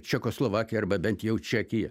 čekoslovakija arba bent jau čekija